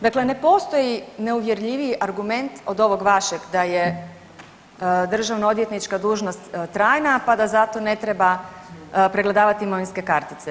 Dakle, ne postoji neuvjerljiviji dokument od ovog vašeg da je državno odvjetnička dužnost trajna pa da zato ne treba pregledavat imovinske kartice.